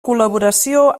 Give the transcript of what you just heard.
col·laboració